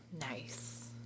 Nice